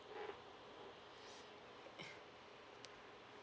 uh